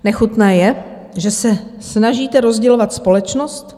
Nechutné je, že se snažíte rozdělovat společnost.